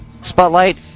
Spotlight